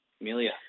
Amelia